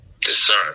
discern